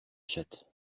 chatte